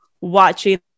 watching